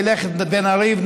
נלך ונריב,